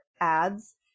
ads